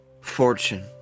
fortune